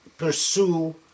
pursue